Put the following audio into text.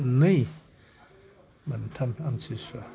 मोननै मोनथाम आमसिसुवा